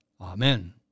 Amen